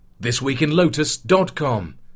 thisweekinlotus.com